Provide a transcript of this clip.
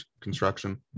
construction